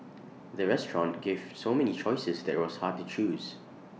the restaurant gave so many choices that IT was hard to choose